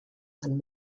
and